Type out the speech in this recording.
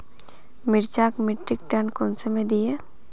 मिर्चान मिट्टीक टन कुंसम दिए?